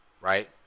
right